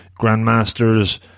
grandmasters